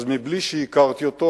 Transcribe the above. אז מבלי שהכרתי אותו,